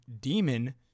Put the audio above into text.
demon